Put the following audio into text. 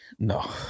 No